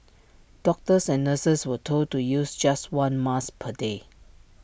doctors and nurses were told to use just one mask per day